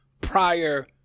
prior